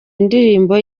indirimbo